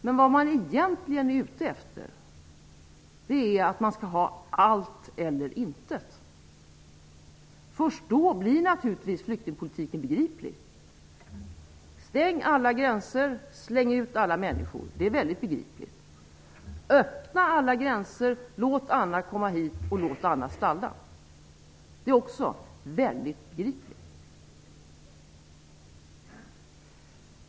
Men vad man egentligen är ute efter är att man vill ha allt eller intet. Först då blir naturligtvis flyktingpolitiken begriplig. ''Stäng alla gränser, släng ut alla människor!'' Det är väldigt begripligt. ''Öppna alla gränser. Låt alla komma hit, och låt alla stanna!'' Det är också väldigt begripligt.